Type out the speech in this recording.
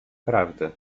prawdy